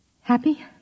Happy